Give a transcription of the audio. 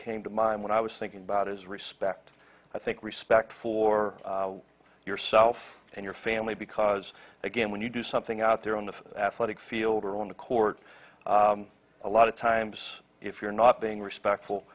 came to mind when i was thinking about is respect i think respect for yourself and your family because again when you do something out there on the athletic field or on the court a lot of times if you're not being respectful